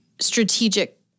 strategic